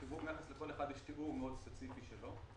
בסיווג מכס, לכל אחד יש תיאור מאוד ספציפי שלו,